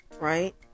right